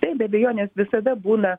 taip be abejonės visada būna